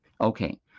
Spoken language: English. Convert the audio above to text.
Okay